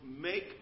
make